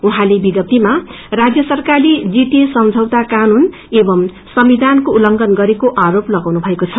उहाँले विज्ञप्तिमा राजय सरकारले जीटिए सम्झौता कानून एवं संविधानको उत्लघंन गरेको आरोप लगाउनु भएको छ